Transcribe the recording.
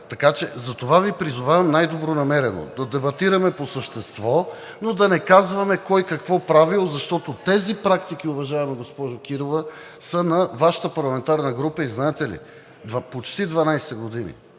12,30 ч. Затова Ви призовавам най-добронамерено да дебатираме по същество, но да не казваме кой какво е правил, защото тези практики, уважаема госпожо Кирова, са на Вашата парламентарна група от почти 12 години.